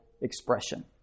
expression